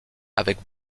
avec